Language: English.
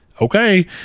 okay